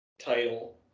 title